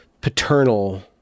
paternal